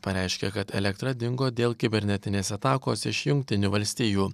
pareiškė kad elektra dingo dėl kibernetinės atakos iš jungtinių valstijų